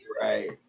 Right